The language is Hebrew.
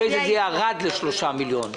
אחרי כן זה ירד ל-3 מיליון שקלים.